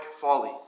folly